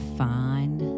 find